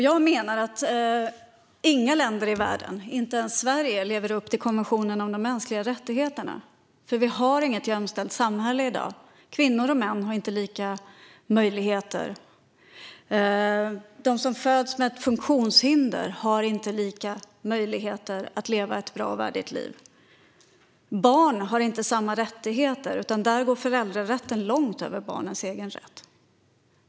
Jag menar att inget land i världen, inte ens Sverige, lever upp till konventionen om de mänskliga rättigheterna. Vi har inget jämställt samhälle i dag. Kvinnor och män har inte lika möjligheter. De som föds med ett funktionshinder har inte lika möjligheter att leva ett bra och värdigt liv. Barn har inte samma rättigheter, utan där går föräldrarätten långt över barnens egen rätt.